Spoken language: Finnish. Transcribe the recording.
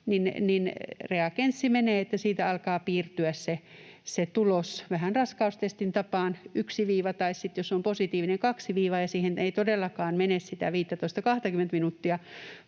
reagenssi menee siten, että siitä alkaa piirtyä se tulos vähän raskaustestin tapaan, yksi viiva tai sitten, jos se on positiivinen, kaksi viivaa, ja siihen ei todellakaan mene sitä 15—20:tä minuuttia